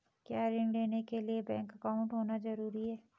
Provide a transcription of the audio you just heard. क्या ऋण लेने के लिए बैंक अकाउंट होना ज़रूरी है?